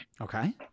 okay